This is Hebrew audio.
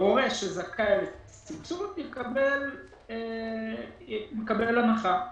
הורה שזכאי לסבסוד, מקבל הנחה.